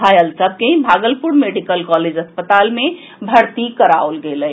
घायल सभके Bhagalpur medical college अस्पताल मे भर्ती कराओल गेल अछि